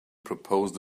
proposed